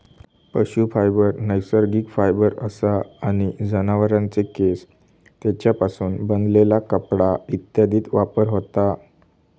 पशू फायबर नैसर्गिक फायबर असा आणि जनावरांचे केस, तेंच्यापासून बनलेला कपडा इत्यादीत वापर होता